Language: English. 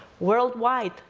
worldwide,